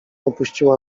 opuściła